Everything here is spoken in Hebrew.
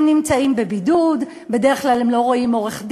הם נמצאים בבידוד, בדרך כלל הם לא רואים עורך-דין.